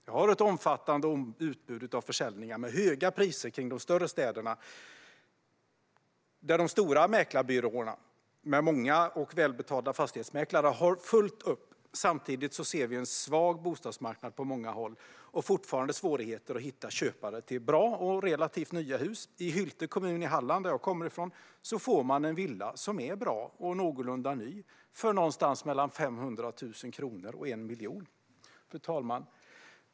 Det finns ett omfattande utbud av försäljningar med höga priser runt de större städerna. De stora mäklarbyråerna med många och välbetalda fastighetsmäklare har fullt upp. Samtidigt finns en svag bostadsmarknad på många håll där det fortfarande är svårt att hitta köpare till bra och relativt nya hus. I Hylte kommun i Halland får man en villa som är bra och någorlunda ny för mellan 500 000 kronor och 1 miljon kronor. Fru talman!